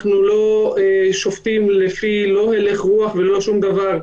אנחנו לא שופטים לא לפי הלך רוח ולא לפי שום דבר.